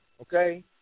okay